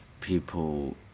People